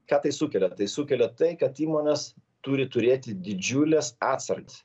ką tai sukelia tai sukelia tai kad įmonės turi turėti didžiules atsargas